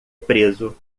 preso